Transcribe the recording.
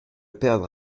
perdre